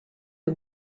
who